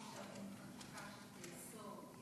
גם באוסטרליה